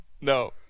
No